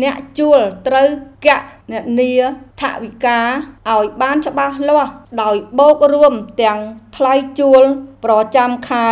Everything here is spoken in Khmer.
អ្នកជួលត្រូវគណនាថវិកាឱ្យបានច្បាស់លាស់ដោយបូករួមទាំងថ្លៃជួលប្រចាំខែ